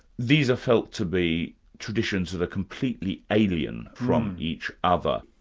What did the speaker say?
these are felt to be traditions that are completely alien from each other.